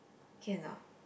can a not